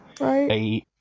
Right